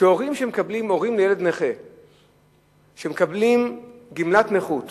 שהורים לילד נכה שמקבלים גמלת נכות